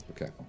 okay